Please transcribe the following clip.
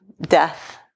death